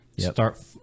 start